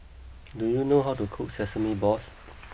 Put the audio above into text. do you know how to cook Sesame Balls